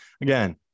Again